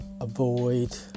avoid